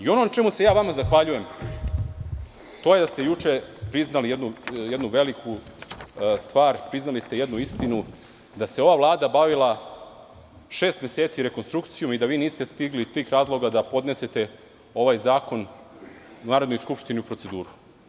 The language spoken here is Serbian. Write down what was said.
Ono na čemu vam se zahvaljujem je što ste juče priznali jednu veliku stvar, jednu istinu, da se ova Vlada bavila šestmeseci rekonstrukcijom i da vi niste stigli iz tih razloga da podnesete ovaj zakon Narodnoj skupštini u proceduru.